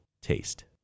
taste